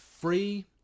free